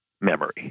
memory